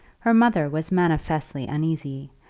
her mother was manifestly uneasy,